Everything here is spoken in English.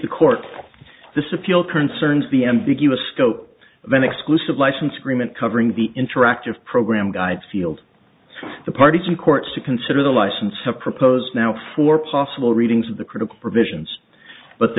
the court this appeal concerns the ambiguous scope of an exclusive license agreement covering the interactive program guide field the party to courts to consider the license have proposed now for possible readings of the critical provisions but the